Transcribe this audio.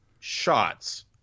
shots